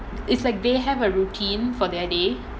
it's like they have a routine for their day